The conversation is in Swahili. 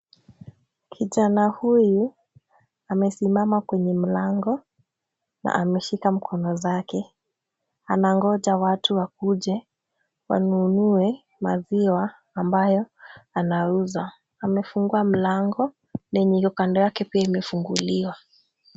Kijana huyu amesimama kwenye mlango na ameshika mkono zake. Anangoja watu wakuje wanunue maziwa ambayo anauza. Amefungua mlango na yenye iko kando yake pia imefunguliwa.